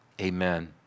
Amen